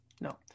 no